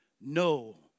No